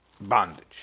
bondage